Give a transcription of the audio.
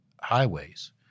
highways